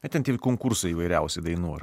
ai ten tie konkursai įvairiausi dainų ar